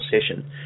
session